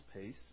pace